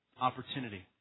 opportunity